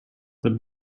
the